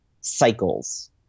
cycles